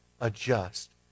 adjust